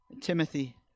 Timothy